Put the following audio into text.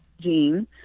gene